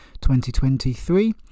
2023